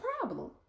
problem